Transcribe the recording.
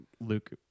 luke